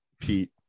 pete